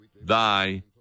Thy